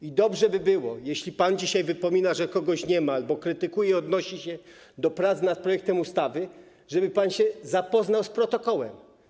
I dobrze by było, jeśli pan dzisiaj wypomina, że kogoś nie ma, albo krytykuje, odnosi się do prac nad projektem ustawy, żeby pan się zapoznał z protokołem.